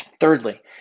Thirdly